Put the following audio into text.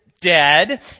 dead